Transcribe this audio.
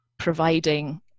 providing